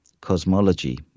cosmology